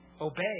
obey